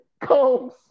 Combs